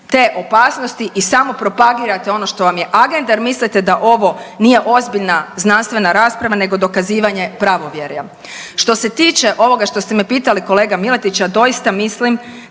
te opasnosti i samo propagirate što vam je agenda, jer mislite da ovo nije ozbiljna znanstvena rasprava nego dokazivanje pravovjerja. Što se tiče ovoga što ste me pitali kolega Miletić, ja doista mislim